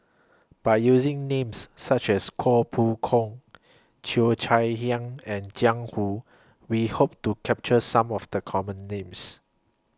By using Names such as Koh Poh Koon Cheo Chai Hiang and Jiang Hu We Hope to capture Some of The Common Names